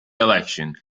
election